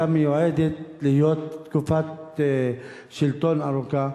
שהיתה מיועדת להיות תקופת שלטון ארוכה.